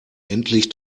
endlich